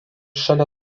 šalia